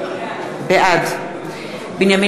בעד בנימין